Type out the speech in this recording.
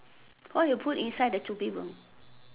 why you put inside the two bedroom